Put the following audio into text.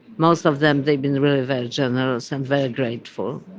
most of them, they've been really very generous and very grateful.